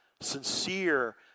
Sincere